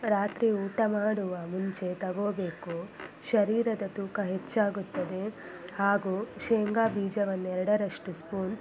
ರಾತ್ರಿ ಊಟ ಮಾಡುವ ಮುಂಚೆ ತಗೋಬೇಕು ಶರೀರದ ತೂಕ ಹೆಚ್ಚಾಗುತ್ತದೆ ಹಾಗೂ ಶೇಂಗಾ ಬೀಜವನ್ನೆರಡರಷ್ಟು ಸ್ಪೂನ್